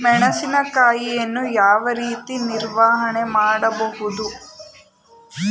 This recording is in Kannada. ಮೆಣಸಿನಕಾಯಿಯನ್ನು ಯಾವ ರೀತಿ ನಿರ್ವಹಣೆ ಮಾಡಬಹುದು?